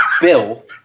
Bill